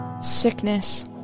sickness